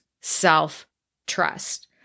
self-trust